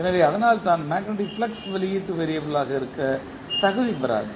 எனவே அதனால்தான் magnetic flux வெளியீட்டு வேறியபிள் யாக இருக்க தகுதி பெறாது